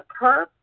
perp